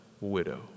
widow